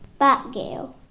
Batgirl